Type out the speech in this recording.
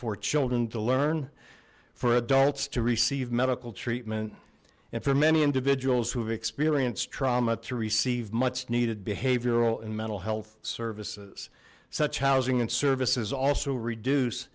for children to learn for adults to receive medical treatment and for many individuals who have experienced trauma to receive much needed behavioral and mental health services such housing and services also reduce